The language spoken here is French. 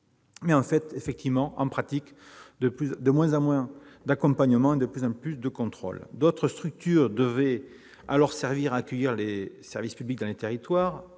Force est de constater, en pratique, de moins en moins d'accompagnement et de plus en plus de contrôle. D'autres structures devaient alors servir à accueillir les services publics dans les territoires,